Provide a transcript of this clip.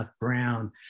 Brown